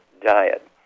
diet